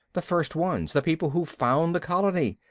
the first ones, the people who found the colony?